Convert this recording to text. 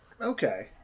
Okay